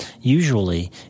usually